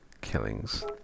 killings